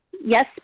Yes